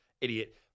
idiot